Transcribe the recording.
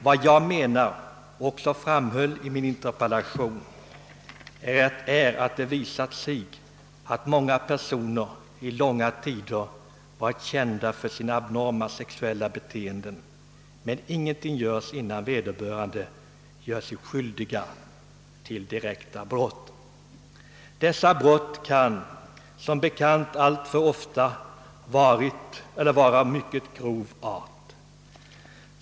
Vad jag menar, och även framhåller i min interpellation, är att det visat sig att många personer under långa tider varit kända för sina abnorma sexuella beteenden utan att någon åtgärd vidtagits innan vederbörande gjort sig skyldiga till direkta brott. Dessa brott är som bekant alltför ofta av mycket grov art.